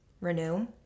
renew